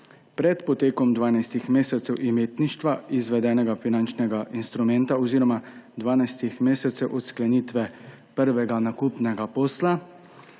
pred potekom 12 mesecev imetništva izvedenega finančnega instrumenta oziroma 12 mesecev od sklenitve prvega nakupnega posla